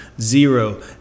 Zero